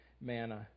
manna